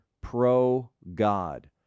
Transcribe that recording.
pro-God